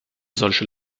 solche